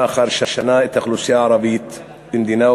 אחר שנה את האוכלוסייה הערבית כמדינה,